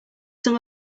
some